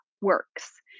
works